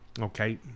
Okay